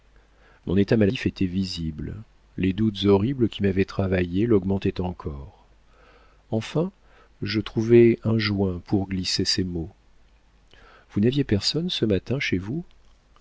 mon état maladif était visible les doutes horribles qui m'avaient travaillé l'augmentaient encore enfin je trouvai un joint pour glisser ces mots vous n'aviez personne ce matin chez vous